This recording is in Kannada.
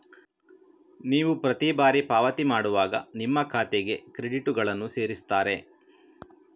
ನೀವು ಪ್ರತಿ ಬಾರಿ ಪಾವತಿ ಮಾಡುವಾಗ ನಿಮ್ಮ ಖಾತೆಗೆ ಕ್ರೆಡಿಟುಗಳನ್ನ ಸೇರಿಸ್ತಾರೆ